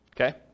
Okay